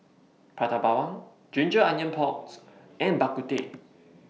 Prata Bawang Ginger Onions Pork and Bak Kut Teh